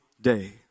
day